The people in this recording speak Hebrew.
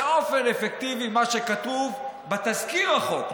באופן אפקטיבי מה שכתוב בתזכיר החוק,